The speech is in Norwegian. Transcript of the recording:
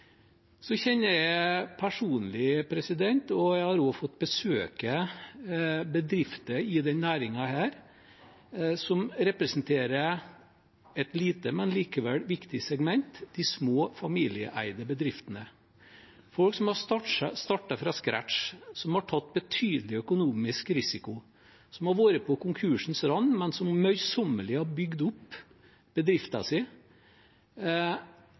Så kjenner jeg personlig – og jeg har også fått besøke – bedrifter i denne næringen som representerer et lite, men likevel viktig segment: de små familieeide bedriftene. Det er folk som har startet fra scratch, som har tatt betydelig økonomisk risiko, som har vært på konkursens rand, men som møysommelig har bygd opp bedriften